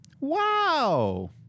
Wow